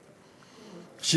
בערבית: המואד'ין,